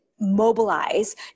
mobilize